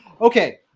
okay